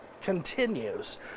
continues